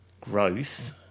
growth